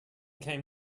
came